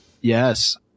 yes